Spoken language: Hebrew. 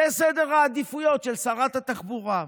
זה סדר העדיפויות של שרת התחבורה.